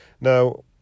Now